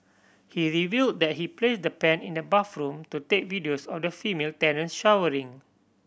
he reveal that he placed the pen in the bathroom to take videos of the female tenant showering